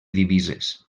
divises